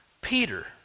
Peter